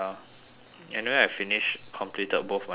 anyway I finish completed both my quiz